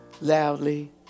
loudly